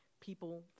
people